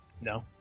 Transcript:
No